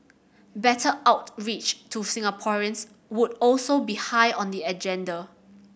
better outreach to Singaporeans would also be high on the agenda